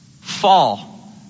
fall